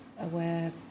aware